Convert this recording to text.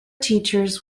teachers